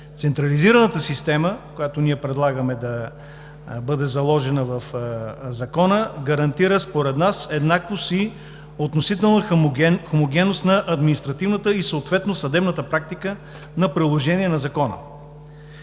Централизираната система, която ние предлагаме да бъде заложена в Закона, гарантира според нас еднаквост и относителна хомогенност на административната и съответно съдебната практика на приложение на Закона.